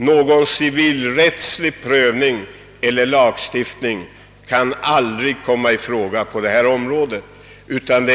Någon civilrättslig prövning eller lagstiftning kan aldrig komma i fråga på detta område.